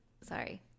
sorry